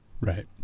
Right